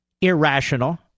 irrational